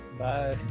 Bye